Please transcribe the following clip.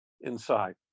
inside